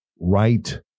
right